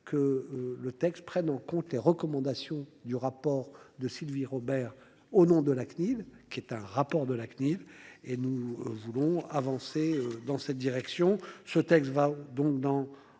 que le texte prenne en compte les recommandations du rapport de Sylvie Robert au nom de la CNIL, qui est un rapport de la CNIL et nous voulons avancer dans cette direction. Ce texte va donc dans